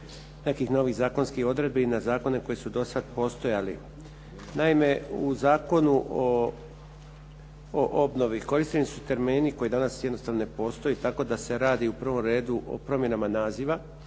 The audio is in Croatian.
nekih novih zakonskih odredbi, na zakone koji su do sada postojali. Naime, u Zakonu o obnovi korišteni su termini koji danas jednostavno ne postoje, tako da se radi u prvom redu o promjenama naziva.